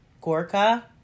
Gorka